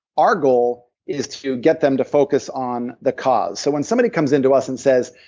our goal is to get them to focus on the cause. so when somebody comes in to us and says,